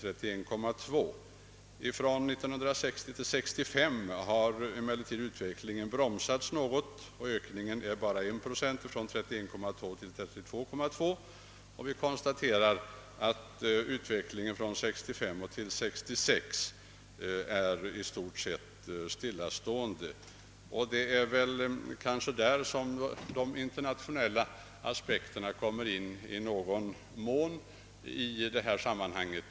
Från år 1960 till år 1965 har emellertid utvecklingen bromsats något; ökningen är bara 1 procent, från 31,2 till 32,2 procent. Från år 1965 till år 1966 har procenttalet varit oförändrat. Det är kanske på den punkten de internationella aspekterna i någon mån kommer in i sammanhanget.